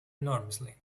enormously